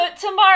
tomorrow